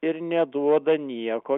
ir neduoda nieko